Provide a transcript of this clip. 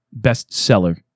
bestseller